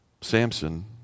Samson